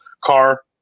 car